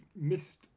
missed